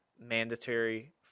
mandatory